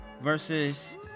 Versus